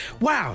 wow